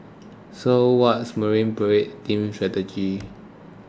so what's Marine Parade team's strategy